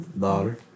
daughter